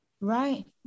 Right